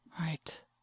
Right